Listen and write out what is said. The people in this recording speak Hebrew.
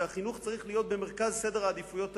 שהחינוך צריך להיות במרכז סדר העדיפויות הלאומי,